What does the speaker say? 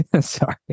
sorry